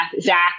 Zach